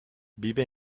vive